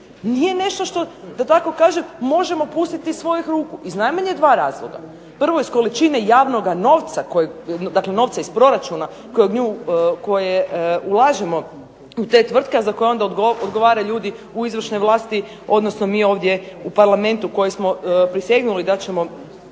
nije nešto da tako kažem možemo pustiti iz svojih ruku iz najmanje dva razloga, prvo iz količine javnog novca dakle novca iz proračuna koje ulažemo u te tvrtke a za koje ona odgovaraju ljudi u izvršnoj vlasti, odnosno mi ovdje u Parlamentu koji smo prisegnuli da ćemo